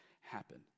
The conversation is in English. happen